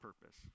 purpose